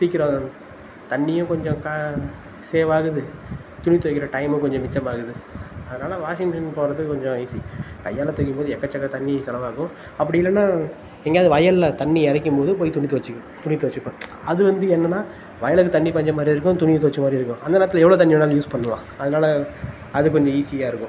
சீக்கிரம் தண்ணியும் கொஞ்சம் க சேவ் ஆகுது துணி துவைக்கிற டைமும் கொஞ்சம் மிச்சம் ஆகுது அதனால் வாஷிங் மெஷின் போடுறது கொஞ்சம் ஈஸி கையால் துவைக்கும் போது எக்கச்சக்க தண்ணி செலவு ஆகும் அப்படி இல்லைனா எங்கேயாவது வயலில் தண்ணி இரைக்கும்போது போய் துணி துவைச்சிக்குவேன் துணி தோய்ச்சிப்பேன் அது வந்து என்னென்னா வயலுக்கு தண்ணி பாய்ஞ்ச மாதிரியும் இருக்கும் துணியை துவைச்ச மாதிரியும் இருக்கும் அந்த நேரத்தில் எவ்வளோ தண்ணி வேணாலும் யூஸ் பண்ணலாம் அதனால் அது கொஞ்சம் ஈஸியாக இருக்கும்